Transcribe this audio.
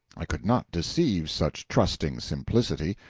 i could not deceive such trusting simplicity,